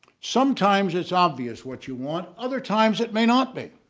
sometimes it's obvious what you want other times it may not be.